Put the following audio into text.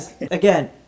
again